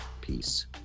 Peace